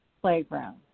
playground